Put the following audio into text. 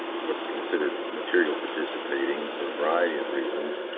was considered material participating for a variety of reasons,